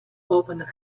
opened